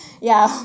ya